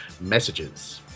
messages